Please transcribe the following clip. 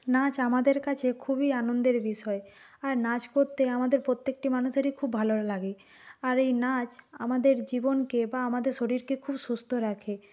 নাচ আমাদের কাছে খুবই আনন্দের বিষয় আর নাচ করতে আমাদের প্রত্যেকটি মানুষেরই খুব ভালো লাগে আর এই নাচ আমাদের জীবনকে বা আমাদের শরীরকে খুব সুস্থ রাখে